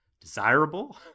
desirable